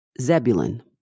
Zebulun